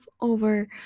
over